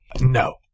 No